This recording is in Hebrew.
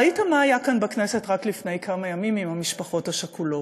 ראיתם מה היה כאן בכנסת רק לפני כמה ימים עם המשפחות השכולות,